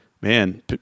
Man